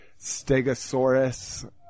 Stegosaurus